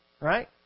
Right